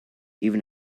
even